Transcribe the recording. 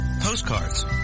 postcards